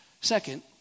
Second